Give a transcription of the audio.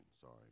Sorry